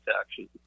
action